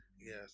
Yes